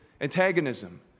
antagonism